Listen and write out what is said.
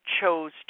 chose